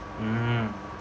mm